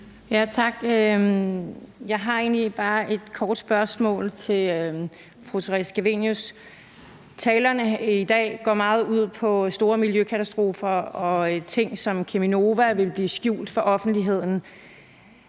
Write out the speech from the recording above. egentlig bare et kort spørgsmål til fru Theresa Scavenius: Talerne i dag går meget ud på store miljøkatastrofer og på, at ting som Cheminova vil blive skjult for offentligheden.